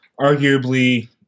arguably